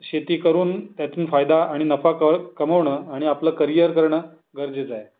शेती करून त्यातून फायदा आणि नफा क कमवणं आणि आपलं करिअर करणं गरजेचं आहे